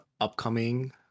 upcoming